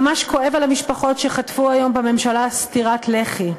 ממש כואב על המשפחות שחטפו היום בממשלה סטירת לחי.